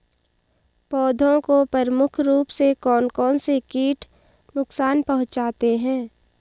पौधों को प्रमुख रूप से कौन कौन से कीट नुकसान पहुंचाते हैं?